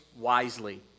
wisely